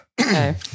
Okay